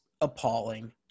appalling